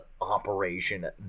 operation